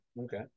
Okay